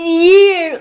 year